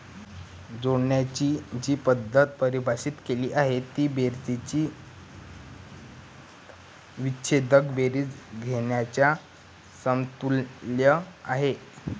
जोडण्याची जी पद्धत परिभाषित केली आहे ती बेरजेची विच्छेदक बेरीज घेण्याच्या समतुल्य आहे